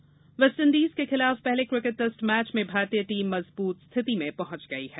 cricket West Indies के खिलाफ पहले क्रिकेट टेस्ट मैच में भारतीय टीम मजबूत स्थिति में पहुंच गई है